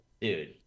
Dude